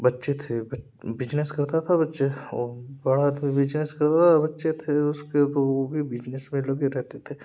बच्चे थे बिजनस करता था बच्चे और बड़ा तो बिजनस कर उसके तो वो भी बिजनस में लगे रहते थे